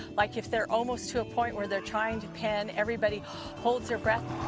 like, if they're almost to a point where they're trying to pen, everybody holds their breath.